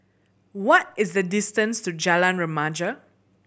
what is the distance to Jalan Remaja